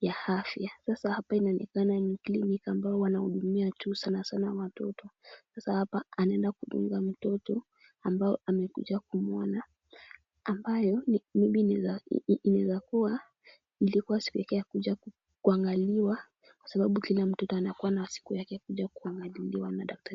ya afya. Sasa hapa inaonekana ni kliniki ambao wanahudumia tu sana sana watoto. Sasa hapa anaenda kudunga mtoto, ambao amekuja kumuona. Ambayo ni mbinu zake inaweza kuwa, ilikuwa siku yake ya kuja kuangalia. Kwa sababu kila mtoto anakuwa na siku yake ya kuja kuangaliwa daktari.